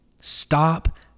Stop